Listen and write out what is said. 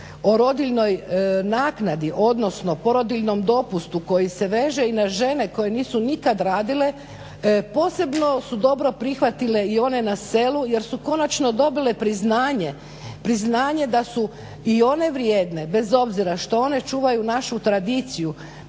o rodiljnoj naknadi, odnosno porodiljnom dopustu koji se veže i na žene koje nisu nikad radile, posebno su dobro prihvatile i one na selu jer su konačno dobile priznanje da su i one vrijedne bez obzira što one čuvaju našu tradiciju.